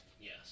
Yes